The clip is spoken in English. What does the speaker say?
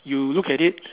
you look at it